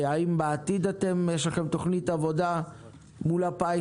האם בעתיד יש לכם תוכנית עבודה מול הפיס